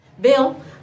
Bill